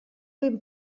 vint